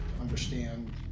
understand